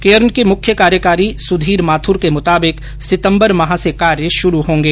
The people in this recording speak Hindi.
केयर्न के मुख्य कार्यकारी सुधीर माथुर के मुताबिक सितंबर माह से कार्य शुरू होंगे